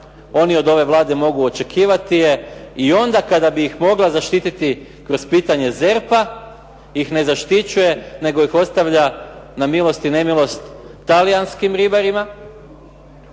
oni od ove Vlade mogu očekivati i onda kada bi ih mogla zaštititi kroz pitanje ZERP-a i onda ih ne za zaštićuje nego ih ostavlja na milost i nemilost Talijanskim ribarima